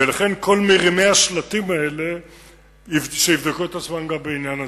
ולכן כל מרימי השלטים האלה שיבדקו את עצמם גם בעניין הזה.